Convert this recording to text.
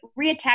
reattach